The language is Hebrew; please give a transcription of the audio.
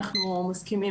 אנחנו מסכימים,